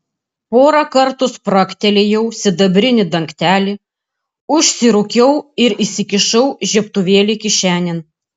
porą kartų spragtelėjau sidabrinį dangtelį užsirūkiau ir įsikišau žiebtuvėlį kišenėn